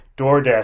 DoorDash